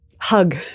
hug